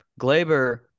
Glaber